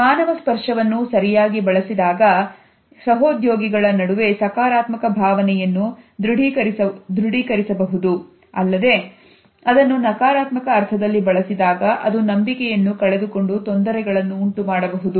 ಮಾನವ ಸ್ಪರ್ಶವನ್ನು ಸರಿಯಾಗಿ ಬಳಸಿದಾಗ ಸಹೋದ್ಯೋಗಿಗಳ ನಡುವೆ ಸಕಾರಾತ್ಮಕ ಭಾವನೆಯನ್ನು ದೃಢೀಕರಿಸುಬಹುದು ಅಲ್ಲದೆ ಅದನ್ನು ನಕಾರಾತ್ಮಕ ಅರ್ಥದಲ್ಲಿ ಬಳಸಿದಾಗ ಅದು ನಂಬಿಕೆಯನ್ನು ಕಳೆದುಕೊಂಡು ತೊಂದರೆಗಳನ್ನು ಉಂಟುಮಾಡಬಹುದು